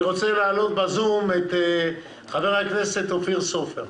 אני רוצה להעלות בזום את חבר הכנסת אופיר סופר.